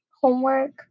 homework